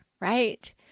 right